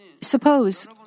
Suppose